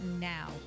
now